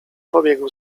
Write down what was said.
pobiegł